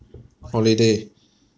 holiday